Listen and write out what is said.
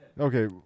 Okay